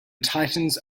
titans